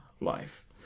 life